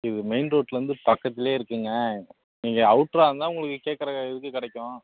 இது மெயின் ரோட்லருந்து பக்கத்துலையே இருக்குங்க நீங்கள் அவுட்டராருந்தால் உங்களுக்கு கேட்குற இதுக்கு கிடைக்கும்